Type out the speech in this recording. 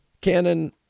Canon